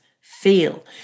feel